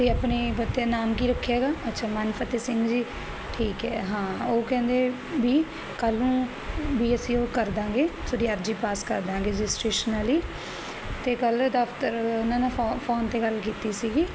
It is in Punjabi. ਤੁਸੀਂ ਆਪਣੇ ਬੱਚੇ ਦਾ ਨਾਮ ਕੀ ਰੱਖਿਆ ਗਾ ਅੱਛਾ ਮਨ ਫਤਿਹ ਸਿੰਘ ਜੀ ਠੀਕ ਹੈ ਹਾਂ ਉਹ ਕਹਿੰਦੇ ਵੀ ਕੱਲ ਨੂੰ ਵੀ ਅਸੀਂ ਉਹ ਕਰ ਦਾਂਗੇ ਥਓਡੀ ਅਰਜੀ ਪਾਸ ਕਰ ਦਾਂਗੇ ਰਜਿਸਟਰੇਸ਼ਨ ਆਲੀ ਤੇ ਕੱਲ ਦਫਤਰ ਉਹਨਾਂ ਨਾਲ ਫੋਨ ਤੇ ਗੱਲ ਕੀਤੀ ਸੀਗੀ